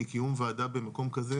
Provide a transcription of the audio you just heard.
מקיום וועדה במקום כזה,